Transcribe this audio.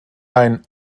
ein